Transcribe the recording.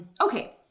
Okay